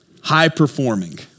high-performing